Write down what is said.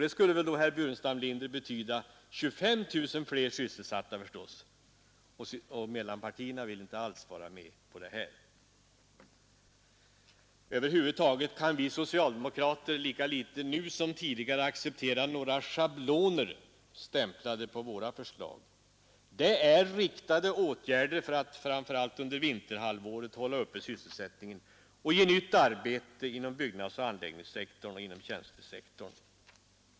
Det skulle väl då, herr Burenstam Linder, betyda 25 000 fler s Mellanpartierna vill inte vara med på detta. Över huvud taget kan vi socialdemokrater lika litet nu som tidigare acceptera att få beteckningen schabloner stämplad på våra förslag. Det är riktade åtgärder för att framför allt under vinterhalvåret hålla uppe sysselsättningen och ge nytt arbete inom byggnads-, anläggningsoch tjänstemannasektorerna.